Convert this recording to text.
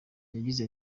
yagize